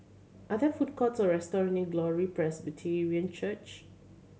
are there food courts or restaurant near Glory Presbyterian Church